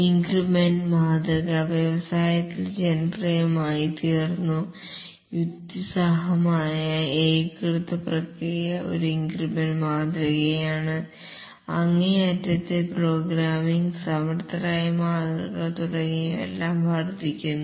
increment മാതൃക വ്യവസായത്തിൽ ജനപ്രിയമായിത്തീർന്നു യുക്തിസഹമായ ഏകീകൃത പ്രക്രിയ ഒരു ഇൻക്രിമെൻറ് മാതൃകയാണ് അങ്ങേയറ്റത്തെ പ്രോഗ്രാമിംഗ് സമർത്ഥരായ മാതൃകകൾ തുടങ്ങിയവയെല്ലാം വർദ്ധിക്കുന്നു